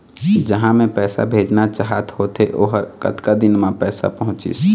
जहां मैं पैसा भेजना चाहत होथे ओहर कतका दिन मा पैसा पहुंचिस?